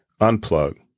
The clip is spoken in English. unplug